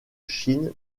chine